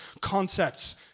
concepts